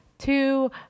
two